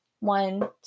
One